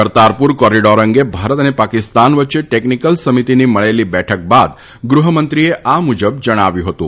Kartarpur corridor અંગે ભારત અને પાકિસ્તાન વચ્ચે ટેકનિકલ સમિતિની મળેલી બેઠક બાદ ગૃહમંંત્રીએ આ મુજબ જણાવ્યું હતું